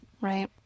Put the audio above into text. Right